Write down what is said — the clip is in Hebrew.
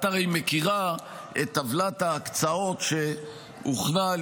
את הרי מכירה את טבלת ההקצאות שהוכנה על